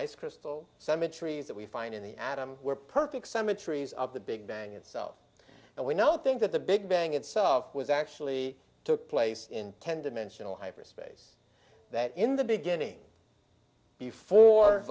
ice crystal cemeteries that we find in the atom were perfect cemetaries of the big bang itself and we know things that the big bang itself was actually took place in tend to mention a hyperspace that in the beginning before